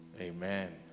Amen